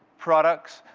products,